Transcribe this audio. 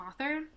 author